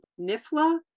NIFLA